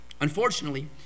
Unfortunately